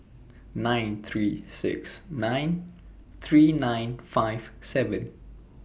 nine three six nine three nine five seven